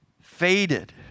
faded